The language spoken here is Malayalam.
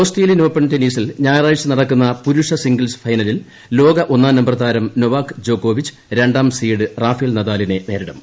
ഓസ്ട്രേലിയൻ ഓപ്പൺ ടെന്നീസിൽ ഞായറാഴ്ച നടക്കുന്ന പുരുഷ സിംഗിൾസ് ഫൈനലിൽ ലോക ഒന്നാം നമ്പർ താരം നൊവാക് ജോക്കോവിച്ച് ര ാം സീഡ് റഫേൽ നദാലിനെ നേരിടും